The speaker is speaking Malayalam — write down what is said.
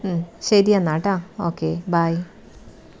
ഉം ശരി എന്നാൽ കേട്ടോ ഓകെ ബൈ